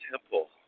temple